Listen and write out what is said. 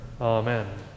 Amen